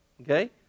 Okay